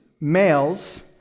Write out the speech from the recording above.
males